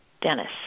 Dennis